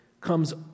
comes